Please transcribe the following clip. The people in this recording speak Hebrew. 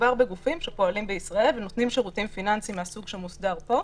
מדובר בגופים שפועלים בישראל ונותנים שירותים פיננסיים מהסוג שמוסדר פה,